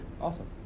Awesome